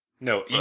no